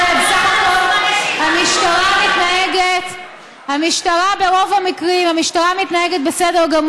מה לעשות שבחיים אנחנו לא יודעים הכול.